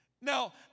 Now